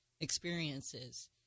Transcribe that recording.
experiences